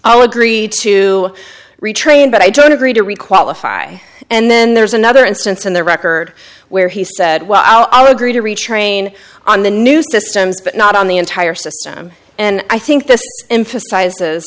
i'll agree to retrain but i don't agree to requalify and then there's another instance in the record where he said well i'll agree to retrain on the new systems but not on the entire system and i think this emphasizes